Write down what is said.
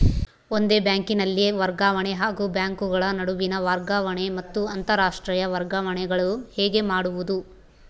ಒಂದೇ ಬ್ಯಾಂಕಿನಲ್ಲಿ ವರ್ಗಾವಣೆ ಹಾಗೂ ಬ್ಯಾಂಕುಗಳ ನಡುವಿನ ವರ್ಗಾವಣೆ ಮತ್ತು ಅಂತರಾಷ್ಟೇಯ ವರ್ಗಾವಣೆಗಳು ಹೇಗೆ ಮಾಡುವುದು?